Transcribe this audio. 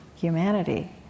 humanity